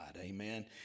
amen